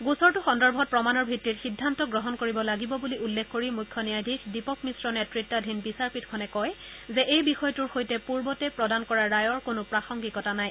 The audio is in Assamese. গোচৰটো সন্দৰ্ভত প্ৰমাণৰ ভিত্তিত সিদ্ধান্ত গ্ৰহণ কৰিব লাগিব বুলি উল্লেখ কৰি মৃখ্য ন্যায়াধীশ দীপক মিশ্ৰ নেতৃতাধীন বিচাৰপীঠখনে কয় যে এই বিষয়টোৰ সৈতে পূৰ্বতে প্ৰদান কৰা ৰায়ৰ কোনো প্ৰাসঙ্গিকতা নাই